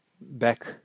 back